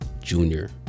junior